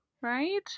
Right